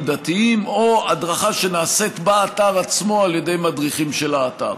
דתיים" או הדרכה שנעשית באתר עצמו על ידי מדריכים של האתר.